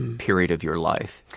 period of your life?